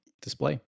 display